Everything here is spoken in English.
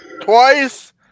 twice